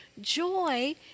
joy